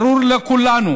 ברור לכולנו: